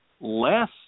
less